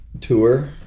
tour